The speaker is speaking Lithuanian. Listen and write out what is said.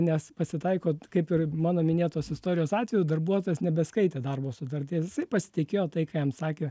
nes pasitaiko kaip ir mano minėtos istorijos atveju darbuotojas nebeskaitė darbo sutarties jisai pasitikėjo tai ką jam sakė